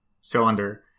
cylinder